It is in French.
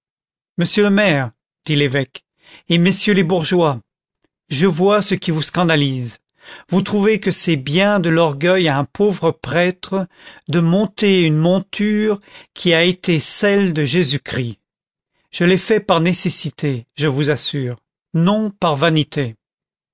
monsieur le maire dit l'évêque et messieurs les bourgeois je vois ce qui vous scandalise vous trouvez que c'est bien de l'orgueil à un pauvre prêtre de monter une monture qui a été celle de jésus-christ je l'ai fait par nécessité je vous assure non par vanité